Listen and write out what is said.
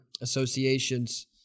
associations